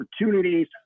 opportunities